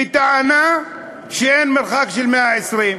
בטענה שאין מרחק של 120 מטר,